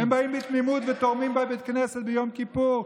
הם תורמים בתמימות בבית הכנסת ביום כיפור,